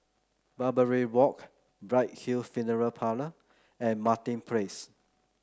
Barbary Walk Bright Hill Funeral Parlour and Martin Place